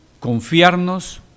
confiarnos